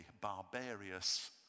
barbarous